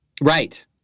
Right